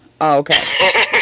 Okay